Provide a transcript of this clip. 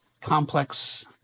complex